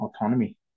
autonomy